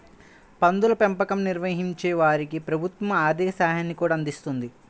పందుల పెంపకం నిర్వహించే వారికి ప్రభుత్వం ఆర్ధిక సాయాన్ని కూడా అందిస్తున్నది